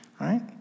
Right